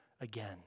again